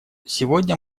сегодня